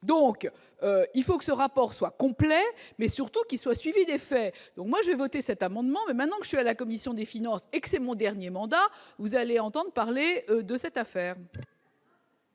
donc il faut que ce rapport soit complet, mais surtout qu'il soit suivi d'effet, donc moi j'ai voté cet amendement maintenant que je suis à la commission des finances excès mon dernier mandat, vous allez entendre parler de cette affaire.